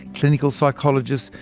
clinical psychologists,